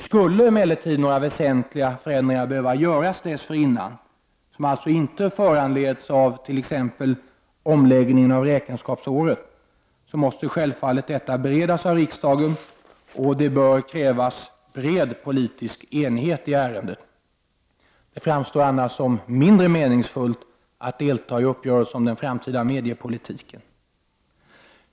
Skulle emellertid några väsentliga förändringar behöva göras dessförinnan, som alltså inte föranleds av t.ex. omläggningen av räkenskapsåret, måste självfallet detta beredas av riksdagen, och det bör krävas bred politisk enighet i ärendet. Det framstår annars som mindre meningsfullt att delta i uppgörelser om den framtida mediepolitiken.